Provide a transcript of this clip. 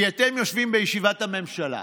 כי אתם יושבים בישיבת הממשלה,